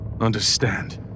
understand